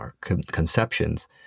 conceptions